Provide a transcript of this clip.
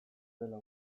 dela